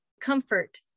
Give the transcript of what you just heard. Comfort